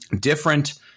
different